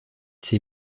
ces